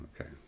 Okay